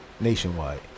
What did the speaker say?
nationwide